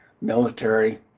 military